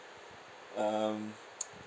um